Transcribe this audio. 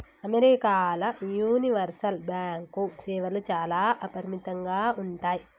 అమెరికాల universal bank సేవలు చాలా అపరిమితంగా ఉంటయ్